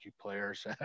players